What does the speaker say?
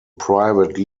private